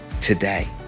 today